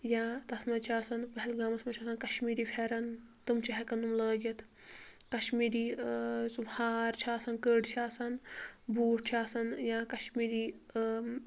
یا تتھ منٛز چھِ آسان پہلگامَس منٛز چھِ آسان کٔشمیٖری پھیٚرَن تِم چھِ ہیٚکن یِم لٲگِتھ کٔشمیٖری سہُ ہار چھُ آسان کٔڑۍ چھِ آسان بوٗٹ چھِ آسان یا کٔشمیٖری ٲ